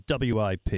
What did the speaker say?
WIP